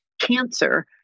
cancer